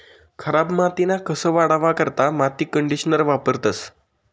खराब मातीना कस वाढावा करता माती कंडीशनर वापरतंस